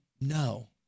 no